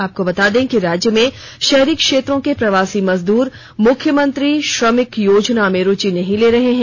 आपको बता दें कि राज्य में शहरी क्षेत्रों के प्रवासी मजदूर मुख्यमंत्री श्रमिक योजना में रूचि नहीं ले रहे हैं